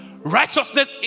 righteousness